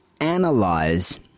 analyze